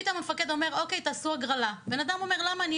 המפקד אומר, תעשו הגרלה, בן אדם אומר למה?